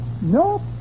Nope